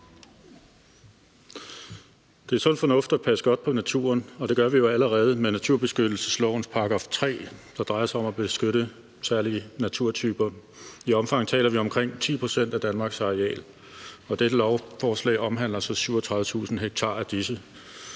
Det er sund fornuft at passe godt på naturen, og det gør vi jo allerede med naturbeskyttelseslovens § 3, der drejer sig om at beskytte særlige naturtyper. I omfang taler vi om omkring 10 pct. af Danmarks areal, og dette lovforslag omhandler så 37.000 ha af disse.